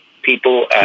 people